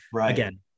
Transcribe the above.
again